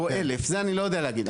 או 1,000, זה אני לא יודע להגיד.